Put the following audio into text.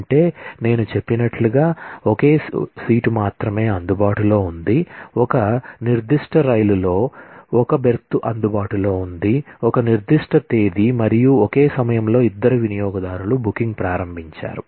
అంటే నేను చెప్పినట్లుగా ఒకే సీటు మాత్రమే అందుబాటులో ఉంది ఒక నిర్దిష్ట రైలులో ఒక బెర్త్ అందుబాటులో ఉంది ఒక నిర్దిష్ట తేదీ మరియు ఒకే సమయంలో ఇద్దరు వినియోగదారులు బుకింగ్ ప్రారంభించారు